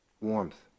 warmth